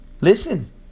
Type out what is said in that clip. Listen